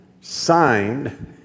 signed